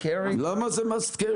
למה זה must carry?